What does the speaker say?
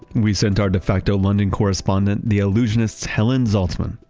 we sent our de facto london correspondent, the allusionist, helen zaltzman,